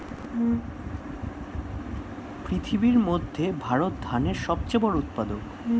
পৃথিবীর মধ্যে ভারত ধানের সবচেয়ে বড় উৎপাদক